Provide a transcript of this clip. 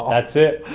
that's it.